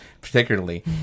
particularly